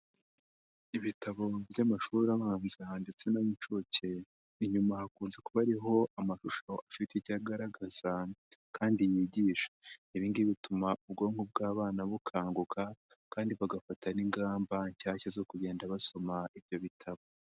Ibitabo by'amashuri abanza ndetse n'ay'inshuke, inyuma hakunze kuba hariho amashusho afite icyo agaragaza kandi yigisha, ibi ngibi bituma ubwonko bw'abana bukanguka kandi bagafata n'ingamba nshyashya zo kugenda basoma ibyo bitabo.